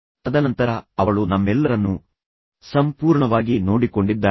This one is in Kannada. ತದನಂತರ ಅವಳು ನಮ್ಮೆಲ್ಲರನ್ನೂ ಪ್ರೀತಿಸಿದಳು ಮತ್ತು ಅವಳು ನನ್ನ ಮತ್ತು ನನ್ನ ಮಕ್ಕಳನ್ನು ಸಂಪೂರ್ಣವಾಗಿ ನೋಡಿಕೊಂಡಿದ್ದಾಳೆ